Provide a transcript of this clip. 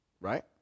right